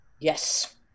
Yes